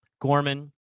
Gorman